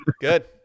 Good